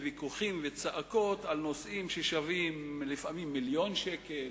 ויכוחים וצעקות על נושאים ששווים לפעמים מיליון שקל,